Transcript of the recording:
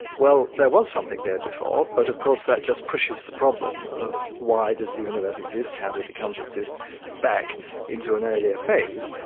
well, there was something there before, but of course that's just pushes the problem of why does the universe exist, how did it come to exist' back into an earlier phase.